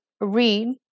read